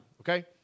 okay